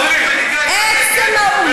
כי ועדת שרים לחקיקה הייתה נגד ופתאום הם בעד.